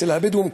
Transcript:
אצל הבדואים,